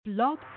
blog